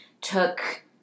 took